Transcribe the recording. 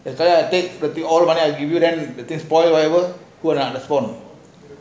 that's why I take all money I give you then